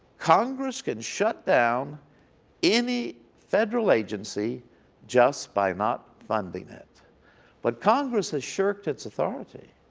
congress can shut down any federal agency just by not funding it but congress has shirked its authority.